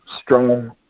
strong